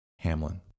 Hamlin